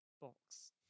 box